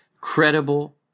credible